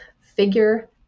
figure